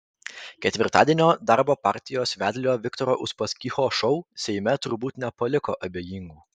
ketvirtadienio darbo partijos vedlio viktoro uspaskicho šou seime turbūt nepaliko abejingų